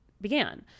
began